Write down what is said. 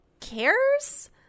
cares